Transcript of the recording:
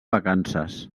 vacances